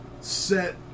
set